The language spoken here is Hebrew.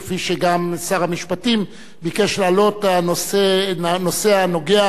כפי ששר המשפטים ביקש להעלות נושא הנוגע